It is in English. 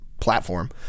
platform